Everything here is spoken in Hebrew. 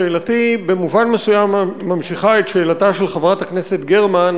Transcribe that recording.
שאלתי במובן מסוים ממשיכה את שאלתה של חברת הכנסת גרמן,